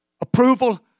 approval